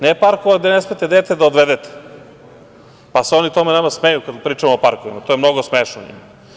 Ne parkova gde ne smete dete da odvedete, pa se oni nama smeju kada pričamo o parkovima, to je mnogo smešno njima.